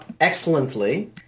excellently